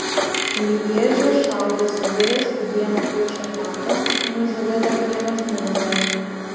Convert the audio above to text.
lježe šaudęs vyras dieną prieš ataką nužudė dar vieną žmogų